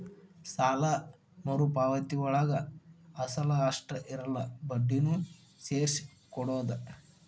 ಸಾಲ ಮರುಪಾವತಿಯೊಳಗ ಅಸಲ ಅಷ್ಟ ಇರಲ್ಲ ಬಡ್ಡಿನೂ ಸೇರ್ಸಿ ಕೊಡೋದ್